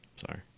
sorry